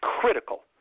critical